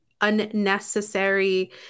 unnecessary